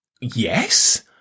Yes